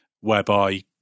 whereby